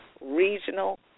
regional